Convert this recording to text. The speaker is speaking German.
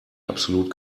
absolut